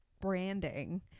branding